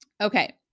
Okay